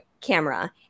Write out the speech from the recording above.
camera